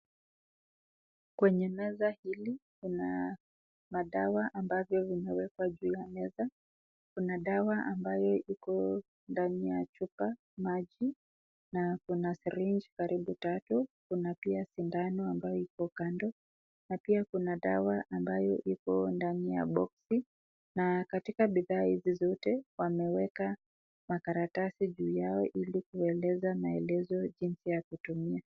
Kwenye meza hili, kuna, madawa ambavyo vimewekwa juu ya meza, kuna dawa ambayo iko ndani ya chupa, maji, na kuna (cs)syrange(cs) karibu tatu, kuna pia sindano ambayo iko kando, na pia kuna dawa ambayo iko ndani ya boxi, na katika bidhaa hizi zote, wameweka makaratasi juu yao ili kueleza maelezo jinsi ya kutumia.